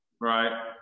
Right